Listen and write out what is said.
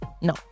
No